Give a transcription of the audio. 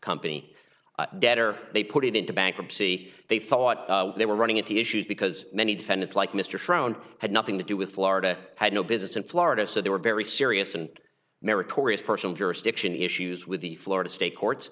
company debt or they put it into bankruptcy they thought they were running at the issues because many defendants like mr sharon had nothing to do with florida had no business in florida so there were very serious and meritorious personal jurisdiction issues with the florida state courts